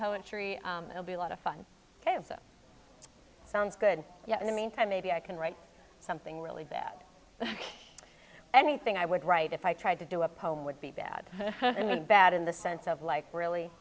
poetry it'll be a lot of fun sounds good in the meantime maybe i can write something really bad but anything i would write if i tried to do a poem would be bad and bad in the sense of like really